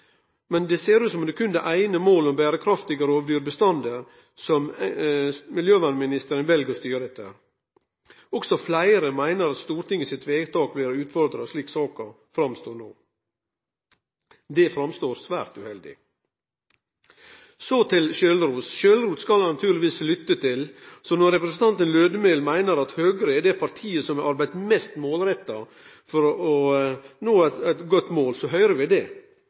Men det ser ut som om det er berre det eine målet om berekraftige rovviltbestandar miljøvernministeren vel å styre etter. Også fleire meiner at Stortinget sitt vedtak blir utfordra, slik saka framstår no. Det framstår svært uheldig. Så til sjølvros. Sjølvros skal ein naturlegvis lytte til, så når representanten Lødemel meiner at Høgre er det partiet som har arbeidd mest målretta, høyrer vi det. Men vi gløymer heller ikkje at Høgre var med på eit